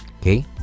Okay